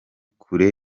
kure